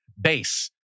base